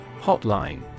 Hotline